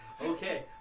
Okay